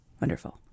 Wonderful